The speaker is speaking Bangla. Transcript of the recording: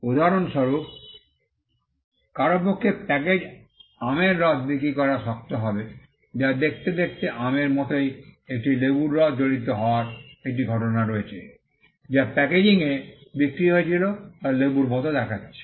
উদাহরণস্বরূপ কারও পক্ষে প্যাকেজে আমের রস বিক্রি করা শক্ত হবে যা দেখতে দেখতে আমের মতোই একটি লেবুর রস জড়িত হওয়ার একটি ঘটনা রয়েছে যা একটি প্যাকেজিংয়ে বিক্রি হয়েছিল যা লেবুর মতো দেখাচ্ছে